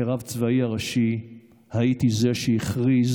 כרב הצבאי הראשי הייתי זה שהכריז